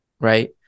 Right